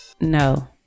no